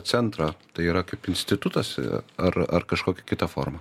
centrą tai yra kaip institutas ar ar kažkokia kita forma